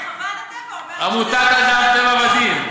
עמותת "אדם טבע ודין",